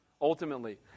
ultimately